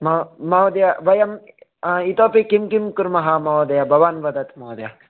म महोदय वयं इतोपि किं किं कुर्मः महोदय भवान् वदत् महोदय